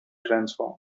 transformed